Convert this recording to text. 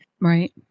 right